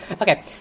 Okay